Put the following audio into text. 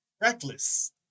reckless